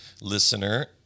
listener